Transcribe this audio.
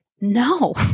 no